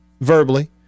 verbally